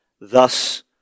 Thus